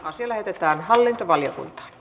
asia lähetetään hallintovaliokunta